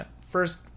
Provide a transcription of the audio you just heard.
first